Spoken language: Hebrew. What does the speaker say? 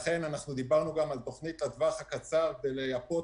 לכן אנחנו גם דיברנו על תוכנית לטווח הקצר כדי לייפות